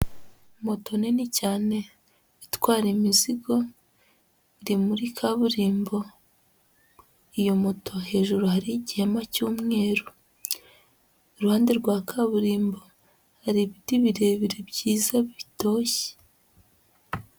Moto nini cyane itwara imizigo, iri muri kaburimbo, iyo moto hejuru hariho igihema cy'umweru, iruhande rwa kaburimbo hari ibiti birebire byiza bitoshye.